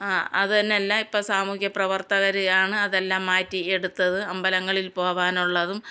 അത് തന്നെ എല്ലാം ഇപ്പം സാമൂഹ്യപ്രവർത്തകർ ആണ് അതെല്ലാം മാറ്റി എടുത്തത് അമ്പലങ്ങളിൽ പോവാനുള്ളതും